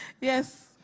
Yes